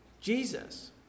Jesus